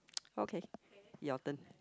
okay your turn